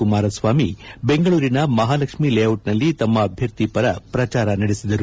ಕುಮಾರಸ್ವಾಮಿ ಬೆಂಗಳೂರಿನ ಮಹಾಲಕ್ಷ್ಮೀ ಲೇಔಟ್ ನಲ್ಲಿ ತಮ್ನ ಅಭ್ಯರ್ಥಿ ಪರ ಪ್ರಚಾರ ನಡೆಸಿದರು